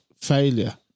failure